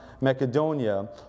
Macedonia